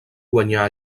guanyar